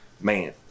man